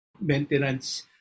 maintenance